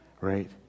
right